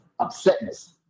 upsetness